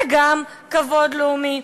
זה גם כבוד לאומי.